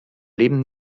leben